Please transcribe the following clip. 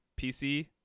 PC